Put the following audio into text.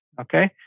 okay